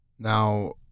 Now